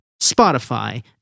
Spotify